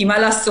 כי מה לעשות,